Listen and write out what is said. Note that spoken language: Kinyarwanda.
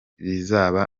bizaba